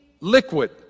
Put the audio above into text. liquid